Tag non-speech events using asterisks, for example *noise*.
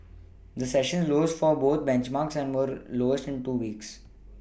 *noise* the session lows for both benchmarks were the lowest in two weeks